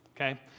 okay